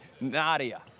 Nadia